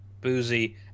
boozy